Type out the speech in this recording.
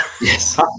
Yes